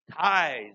tithes